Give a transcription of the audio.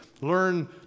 learn